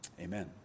Amen